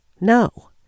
No